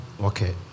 Okay